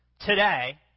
today